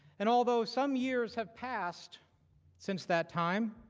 and although some years have passed since that time,